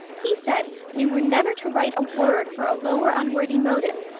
he said we were never to write a word for a low or unworthy motive,